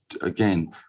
again